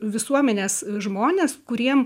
visuomenės žmonės kuriem